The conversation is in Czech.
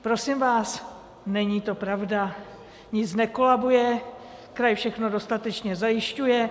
Prosím vás, není to pravda, nic nekolabuje, kraj všechno dostatečně zajišťuje.